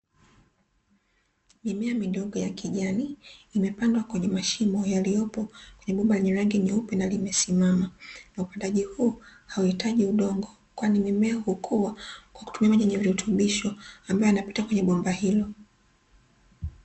Mimea midogo ya kijani imepandwa katika mashimo yaliyopo kwenye bomba nyeupe lililosimama, ukulima huu hauhitaji udongo kwani hutumia maji yenye virutubisho yanayopita katika bomba hilo.